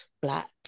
black